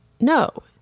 no